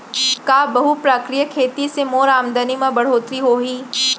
का बहुप्रकारिय खेती से मोर आमदनी म बढ़होत्तरी होही?